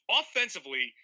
offensively